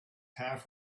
half